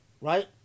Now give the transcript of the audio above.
right